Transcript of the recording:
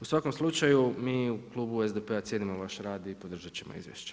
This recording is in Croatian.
U svakom slučaju mi u Klubu SDP-a cijenimo vaš rad i podržati ćemo izvješće.